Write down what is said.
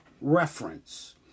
reference